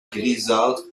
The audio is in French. grisâtre